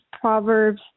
Proverbs